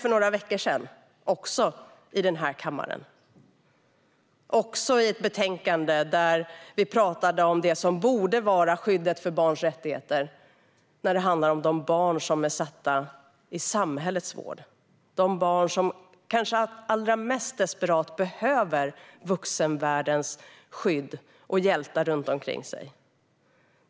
För några veckor sedan när vi i den här kammaren diskuterade vad som borde vara skyddat av barns rättigheter när det handlar om barn som är satta i samhällets vård. Dessa barn kanske allra mest desperat behöver vuxenvärldens skydd och hjältar omkring sig.